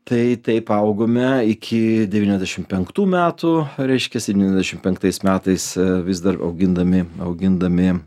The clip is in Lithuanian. tai taip augome iki devyniasdešimt penktų metų reiškiasi devyniasdešimt penktais metais vis dar augindami augindami